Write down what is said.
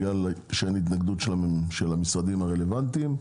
בגלל שאין התנגדות של המשרדים הרלוונטיים,